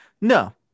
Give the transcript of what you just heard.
No